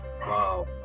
wow